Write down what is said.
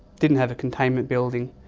didn't have a containment building,